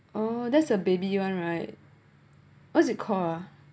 oh there's a baby you [one] right what is it called ah